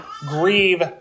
grieve